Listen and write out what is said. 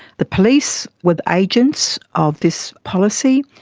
the police were the agents of this policy.